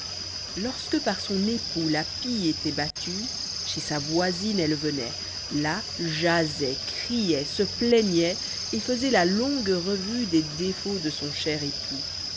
lorsque par son époux la pie étoit battue chezsa voisine elle venoit là jasoit crioit seplaignoit et faisoit la longue revue t des défauts de son cher époux